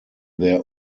their